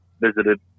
visited